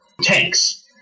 tanks